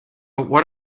what